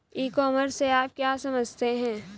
ई commerce से आप क्या समझते हो?